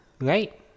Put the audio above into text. Right